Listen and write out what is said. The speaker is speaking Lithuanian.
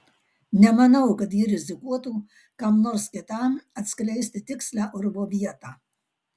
nemanau kad ji rizikuotų kam nors kitam atskleisti tikslią urvo vietą